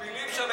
אנחנו ברצועה,